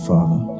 Father